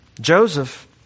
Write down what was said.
Joseph